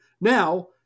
Now